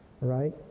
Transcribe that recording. right